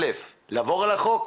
א' לעבור על החוק,